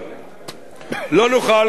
לא נוכל, חבר הכנסת אלסאנע,